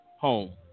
home